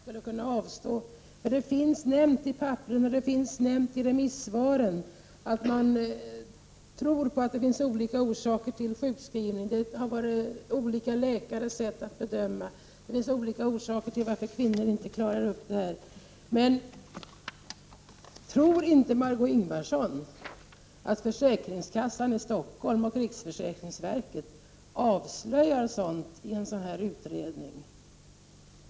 Fru talman! Det finns nämnt i papperen och i remissvaren att man tror att det finns olika orsaker till sjukskrivning. Det har varit olika läkares sätt att bedöma. Det finns olika orsaker till att kvinnor inte klarar detta. Men tror inte Margö Ingvardsson att försäkringskassan i Stockholm och riksförsäkringsverket avslöjar sådant i en utredning av detta slag?